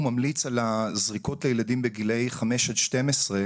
ממליץ על הזריקות לילדים בגילאי חמש עד 12,